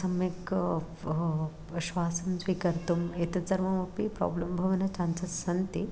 सम्यक्क् श्वासं स्वीकर्तुम् एतत् सर्वमपि प्राब्लं भवति चान्सस् सन्ति